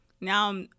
now